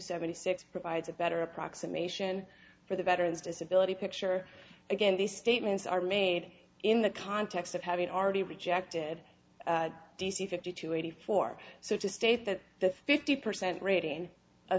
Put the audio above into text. seventy six provides a better approximation for the veterans disability picture again these statements are made in the context of having already rejected d c fifty two eighty four so to state that the fifty percent rat